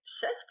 shift